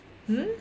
hmm